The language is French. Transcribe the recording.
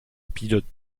pilote